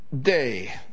day